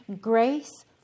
Grace